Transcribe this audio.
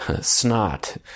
snot